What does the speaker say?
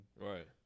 Right